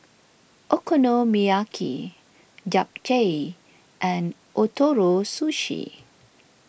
Okonomiyaki Japchae and Ootoro Sushi